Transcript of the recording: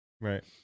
Right